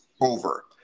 over